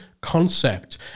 concept